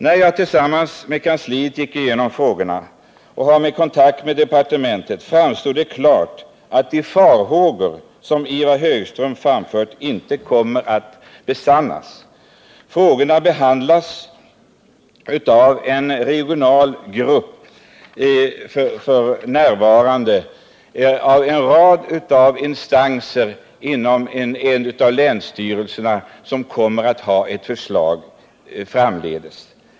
När jag tillsammans med kansliet hade gått igenom frågorna och tagit kontakt med departementet framstod det klart att de farhågor som Ivar Högström hyser inte kommer att besannas. Frågan behandlas f.n. i en regional grupp, en rad instanser inom en av länsstyrelserna. Ett förslag kommer så småningom att framläggas.